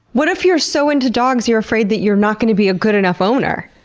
what if you're so into dogs you're afraid that you're not going to be a good enough owner?